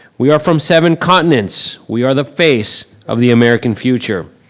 we are from seven continents, we are the face of the american future.